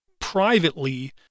privately